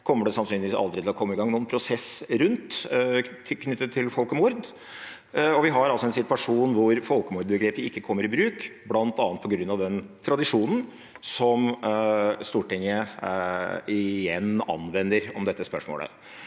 kommer det sannsynligvis aldri til å komme i gang noen prosess rundt knyttet til folkemord, og vi har en situasjon hvor folkemordbegrepet ikke tas i bruk bl.a. på grunn av den tradisjonen som Stortinget igjen anvender om dette spørsmålet.